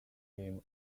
him